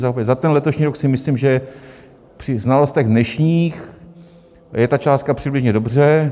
Za ten letošní rok si myslím, že při znalostech dnešních je ta částka přibližně dobře.